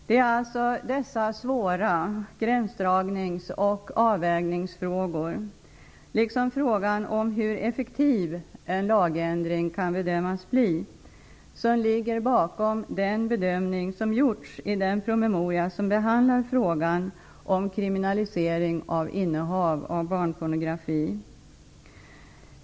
Det är alltså dessa svåra gränsdragnings och avvägningsfrågor, liksom frågan om hur effektiv en lagändring kan bedömas bli, som ligger bakom den bedömning som gjorts i den promemoria som behandlar frågan om kriminalisering av innehav av barnpornografi.